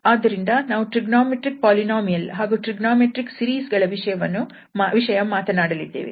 ಆದ್ದರಿಂದ ನಾವು trigonometric polynomial ಹಾಗೂ ಟ್ರಿಗೊನೋಮೆಟ್ರಿಕ್ ಸೀರೀಸ್ ಗಳ ವಿಷಯ ಮಾತನಾಡಲಿದ್ದೇವೆ